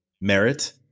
merit